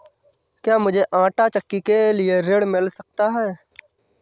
क्या मूझे आंटा चक्की के लिए ऋण मिल सकता है?